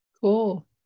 Cool